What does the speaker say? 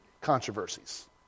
controversies